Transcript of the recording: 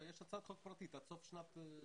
יש הצעת חוק פרטית, עד סוף השנה הקלנדרית.